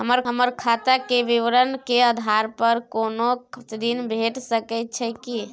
हमर खाता के विवरण के आधार प कोनो ऋण भेट सकै छै की?